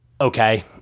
okay